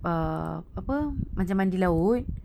err apa macam mandi laut